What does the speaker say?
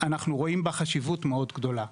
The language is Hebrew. אנחנו רואים בה חשיבות גדולה מאוד.